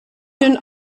hun